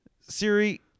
Siri